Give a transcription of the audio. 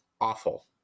awful